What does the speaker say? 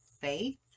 faith